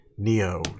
Neo